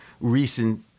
recent